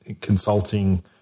consulting